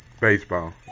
baseball